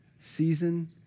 season